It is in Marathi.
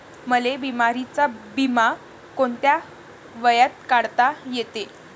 मले बिमारीचा बिमा कोंत्या वयात काढता येते?